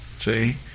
See